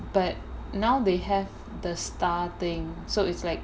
but now they have the star thing so it's like